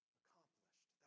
accomplished